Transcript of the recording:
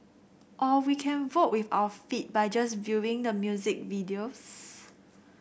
or we can vote with our feet by just viewing the music videos